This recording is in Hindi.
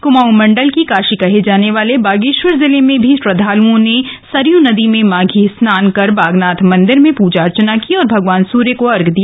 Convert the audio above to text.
कुमाऊं मण्डल की काशी कहे जाने वाले बागेश्वर जिले में भी श्रद्वालुओं ने सरयू नदी में माधी स्नान कर बागनाथ मंदिर में पूजा अर्चना की और भगवान सूर्य को अर्घय दिया